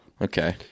Okay